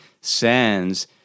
sends